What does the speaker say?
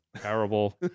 Terrible